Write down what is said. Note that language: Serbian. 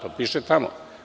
To piše tamo.